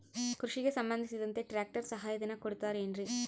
ಕೃಷಿಗೆ ಸಂಬಂಧಿಸಿದಂತೆ ಟ್ರ್ಯಾಕ್ಟರ್ ಸಹಾಯಧನ ಕೊಡುತ್ತಾರೆ ಏನ್ರಿ?